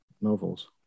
novels